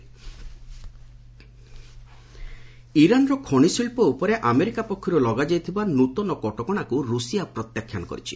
Russia Iran sanction ଇରାନ୍ର ଖଣି ଶିଳ୍ପ ଉପରେ ଆମେରିକା ପକ୍ଷରୁ ଲଗାଯାଇଥିବା ନୃତନ କଟକଣାକୁ ରୁଷିଆ ପ୍ରତ୍ୟାଖ୍ୟାନ କରିଛି